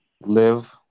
live